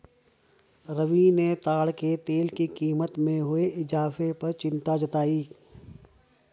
रवि ने ताड़ के तेल की कीमतों में हुए इजाफे पर चिंता जताई